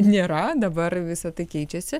nėra dabar visa tai keičiasi